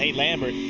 ah lambert,